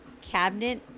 cabinet